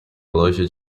loja